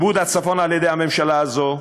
איבוד הצפון על-ידי הממשלה הזאת,